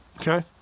Okay